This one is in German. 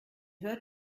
hört